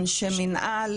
אנשי מנהל.